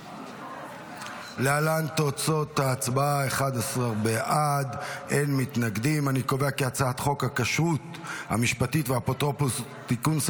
להעביר את הצעת חוק הכשרות המשפטית והאפוטרופסות (תיקון,